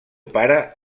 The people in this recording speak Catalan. pare